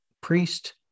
priest